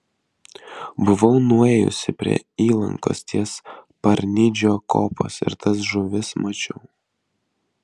buvau nuėjusi prie įlankos ties parnidžio kopos ir tas žuvis mačiau